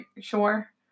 sure